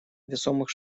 весомых